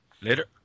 Later